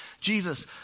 Jesus